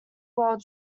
world